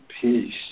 peace